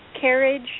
carriage